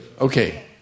Okay